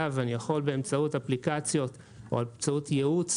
ואני אוכל באמצעות אפליקציות או באמצעות ייעוץ